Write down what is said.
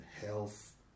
health